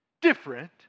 Different